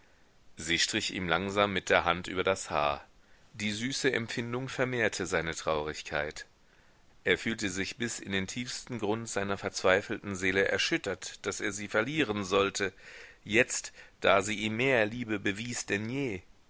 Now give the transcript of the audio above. sie strich ihm langsam mit der hand über das haar die süße empfindung vermehrte seine traurigkeit er fühlte sich bis in den tiefsten grund seiner verzweifelten seele erschüttert daß er sie verlieren sollte jetzt da sie ihm mehr liebe bewies denn je